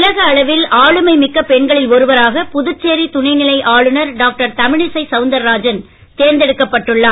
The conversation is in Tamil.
உலக அளவில் ஆளுமை மிக்க பெண்களில் ஒருவராக புதுச்சேரி துணை நிலை ஆளுநர் டாக்டர் தமிழிசை சவுந்தரராஜன் தேர்ந்தெடுக்கப்பட்டுள்ளார்